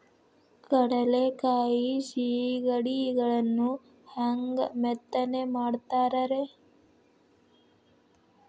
ಕಡಲೆಕಾಯಿ ಸಿಗಡಿಗಳನ್ನು ಹ್ಯಾಂಗ ಮೆತ್ತನೆ ಮಾಡ್ತಾರ ರೇ?